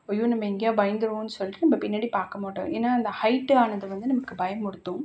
ஐயோ நம்ம எங்கேயாது பயந்துருவோன்னு சொல்லிகிட்டு நம்ம பின்னடி பார்க்க மாட்டோம் ஏன்னால் இந்த ஹைட்டானது வந்து நமக்கு பயமுறுத்தும்